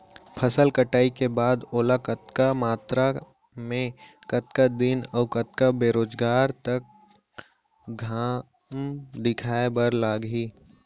फसल कटाई के बाद ओला कतका मात्रा मे, कतका दिन अऊ कतका बेरोजगार तक घाम दिखाए बर लागही?